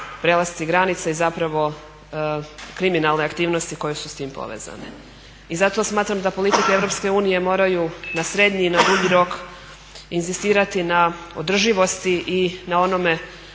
prelasci granica i zapravo kriminalne aktivnosti koje su s tim povezane. I zato smatram da politika EU moraju na srednji i na dulji rok inzistirati na održivosti i na onome